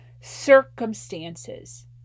circumstances